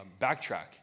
backtrack